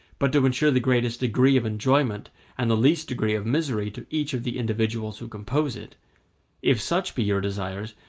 but to ensure the greatest degree of enjoyment and the least degree of misery to each of the individuals who compose it if such be your desires,